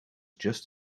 just